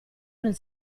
nel